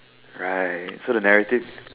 right so the narratives